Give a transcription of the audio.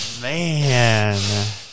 man